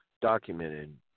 documented